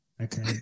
Okay